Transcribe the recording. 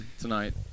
tonight